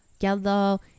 yellow